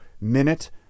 Minute